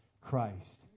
Christ